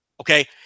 Okay